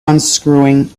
unscrewing